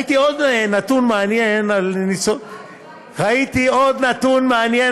ראיתי עוד נתון מעניין על ניצולי השואה,